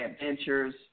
adventures